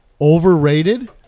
Overrated